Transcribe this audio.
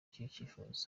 cyifuzo